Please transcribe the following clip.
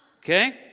Okay